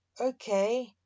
Okay